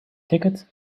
ticket